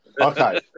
Okay